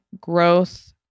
growth